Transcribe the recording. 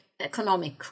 economic